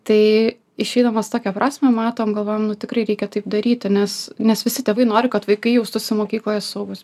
tai išeidamas tokią prasmę matom galvojam nu tikrai reikia taip daryti nes nes visi tėvai nori kad vaikai jaustųsi mokykloje saugūs